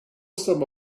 some